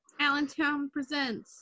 AllentownPresents